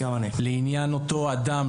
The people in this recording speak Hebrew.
לעניין אותו אדם,